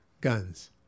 guns